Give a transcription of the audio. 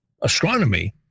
astronomy